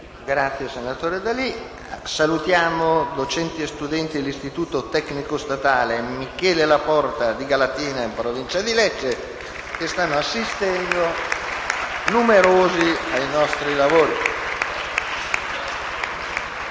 finestra"). Salutiamo docenti e studenti dell'Istituto tecnico statale «Michele Laporta» di Galatina, in provincia di Lecce, che stanno assistendo numerosi ai nostri lavori.